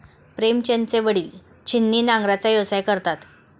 प्रेमचंदचे वडील छिन्नी नांगराचा व्यवसाय करतात